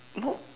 no